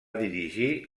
dirigir